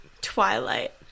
Twilight